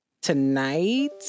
tonight